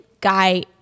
guy